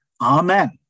Amen